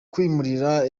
kwimurira